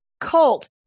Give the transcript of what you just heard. cult